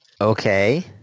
Okay